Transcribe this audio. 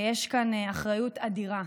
ויש כאן אחריות אדירה,